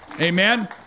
Amen